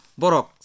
borok